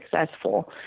successful